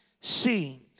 seeing